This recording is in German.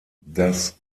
das